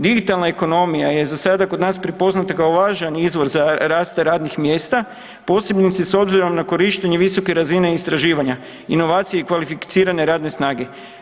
Digitalna ekonomija je za sada kod nas prepoznata kao važan izvor za rast radnih mjesta, posebno s obzirom na korištenje visoke razine istraživanja, inovacije i kvalificirane radne snage.